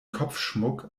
kopfschmuck